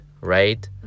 right